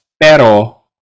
pero